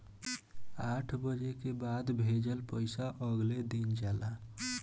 आठ बजे के बाद भेजल पइसा अगले दिन जाला